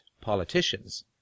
politicians